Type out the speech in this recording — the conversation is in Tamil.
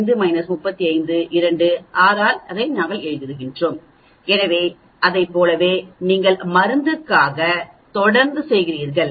5 35 2 x 6 அதைத்தான் நீங்கள் எழுதுகிறீர்கள் எனவே அதைப் போலவே நீங்கள் மருந்துக்காக தொடர்ந்து செய்கிறீர்கள்